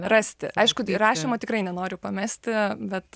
rasti aišku rašymo tikrai nenoriu pamesti bet